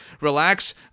relax